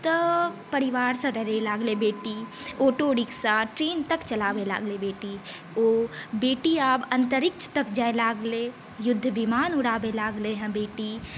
तऽ परिवारसँ डरै लागलै बेटी ओटो रिक्शा ट्रेनतक चलाबै लागलै बेटी ओ बेटी आब अन्तरिक्षतक जाइ लागलै युद्ध बिमान उड़ाबै लागलै हँ बेटी